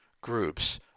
groups